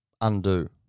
undo